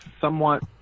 somewhat